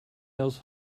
else